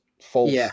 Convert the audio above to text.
False